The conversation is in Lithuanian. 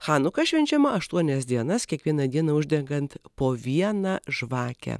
chanuka švenčiama aštuonias dienas kiekvieną dieną uždegant po vieną žvakę